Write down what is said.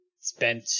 spent